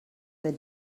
the